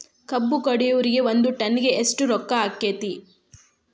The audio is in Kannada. ಕಬ್ಬು ಕಡಿಯುವರಿಗೆ ಒಂದ್ ಟನ್ ಗೆ ಎಷ್ಟ್ ರೊಕ್ಕ ಆಕ್ಕೆತಿ?